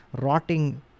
rotting